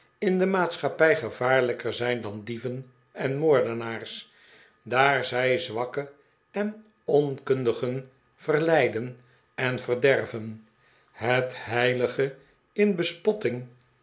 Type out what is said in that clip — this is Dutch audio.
in de maatschappij gevaarlijker zijn dan dieven en moordenaars daar zij zwakken en onkundigen verleiden en verderven het heilige in bespotting